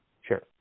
Sure